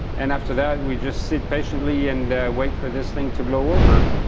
and after that we just sit patiently and wait for this thing to blow over.